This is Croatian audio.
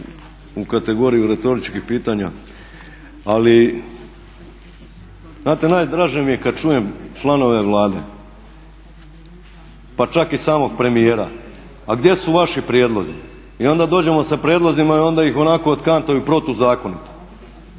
u kategoriju retoričkih pitanja, ali znate najdraže mi je kad čujem članove Vlade pa čak i samog premijera a gdje su vaši prijedlozi i onda dođemo sa prijedlozima i onda ih onako otkantaju protuzakonito.